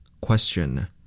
Question